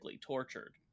tortured